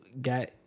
got